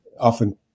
often